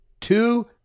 Two